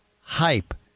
hype